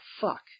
fuck